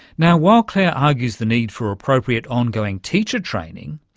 now, while clare argues the need for appropriate ongoing teacher training,